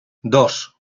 dos